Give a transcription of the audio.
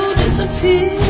disappear